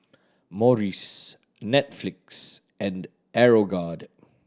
Morries Netflix and Aeroguard